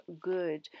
good